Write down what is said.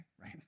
right